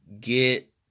get